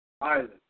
island